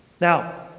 Now